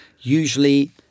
usually